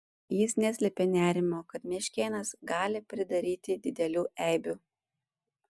jis neslėpė nerimo kad meškėnas gali pridaryti didelių eibių